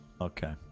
Okay